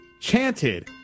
chanted